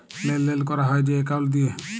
লেলদেল ক্যরা হ্যয় যে একাউল্ট দিঁয়ে